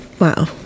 Wow